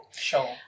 Sure